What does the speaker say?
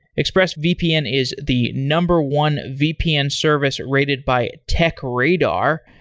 expressvpn is the number one vpn service rated by tech radar,